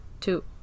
Two